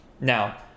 Now